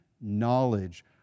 knowledge